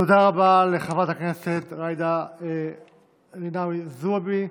תודה רבה לחברת הכנסת ג'ידא רינאוי זועבי.